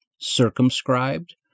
circumscribed